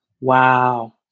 Wow